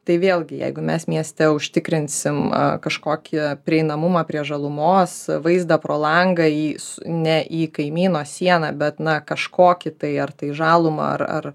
tai vėlgi jeigu mes mieste užtikrinsim kažkokį prieinamumą prie žalumos vaizdą pro langą į ne į kaimyno sieną bet na kažkokį tai ar tai žalumą ar